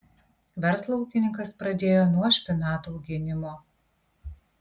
verslą ūkininkas pradėjo nuo špinatų auginimo